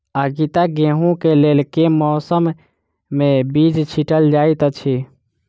आगिता गेंहूँ कऽ लेल केँ मौसम मे बीज छिटल जाइत अछि?